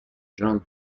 john